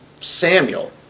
Samuel